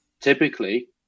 typically